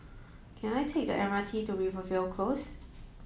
can I take the M R T to Rivervale Close